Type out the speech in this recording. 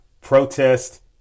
Protest